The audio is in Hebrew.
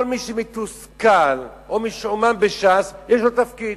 כל מי שמתוסכל או משועמם בש"ס, יש לו תפקיד.